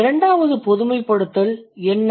இரண்டாவது பொதுமைப்படுத்தல் என்ன